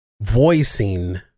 voicing